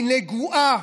היא נגועה,